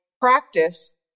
practice